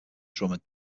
drummer